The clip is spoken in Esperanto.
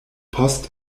post